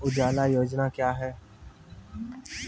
उजाला योजना क्या हैं?